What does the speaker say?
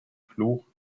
fluch